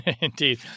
Indeed